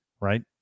right